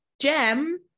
Gem